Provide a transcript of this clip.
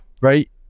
right